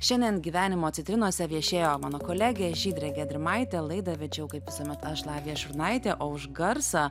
šiandien gyvenimo citrinose viešėjo mano kolegė žydrė gedrimaitė laidą vedžiau kaip visuomet aš lavija šurnaitė o už garsą